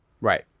Right